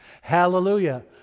Hallelujah